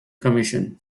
commission